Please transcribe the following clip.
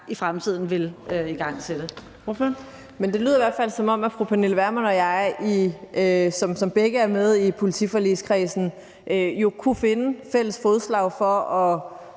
Samira Nawa (RV): Men det lyder jo i hvert fald, som om fru Pernille Vermund og jeg, som begge er med i politiforligskredsen, kunne finde fælles fodslag om at